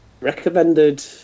recommended